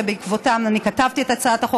ובעקבותיהן אני כתבתי את הצעת החוק